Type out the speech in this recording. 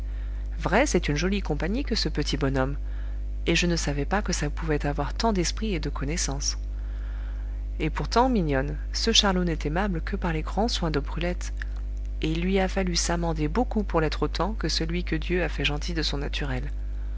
vrai c'est une jolie compagnie que ce petit bonhomme et je ne savais pas que ça pouvait avoir tant d'esprit et de connaissance et pourtant mignonne ce charlot n'est aimable que par les grands soins de brulette et il lui a fallu s'amender beaucoup pour l'être autant que celui que dieu a fait gentil de son naturel